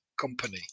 Company